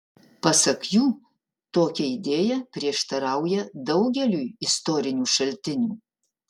pasak jų tokia idėja prieštarauja daugeliui istorinių šaltinių